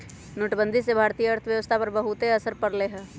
नोटबंदी से भारतीय अर्थव्यवस्था पर बहुत असर पड़ लय